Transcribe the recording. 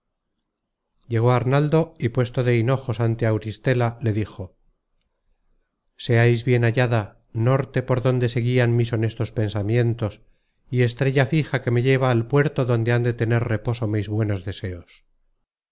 llegó arnaldo y puesto de hinojos ante auristela le dijo seais bien hallada norte por donde se guian mis honestos pensamientos y estrella fija que me lleva al puerto donde han de tener reposo mis buenos deseos